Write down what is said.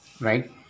right